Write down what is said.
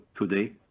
today